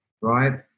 right